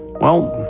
well,